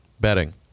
Betting